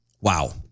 Wow